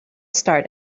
start